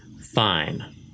Fine